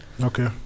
okay